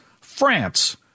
France